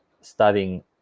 studying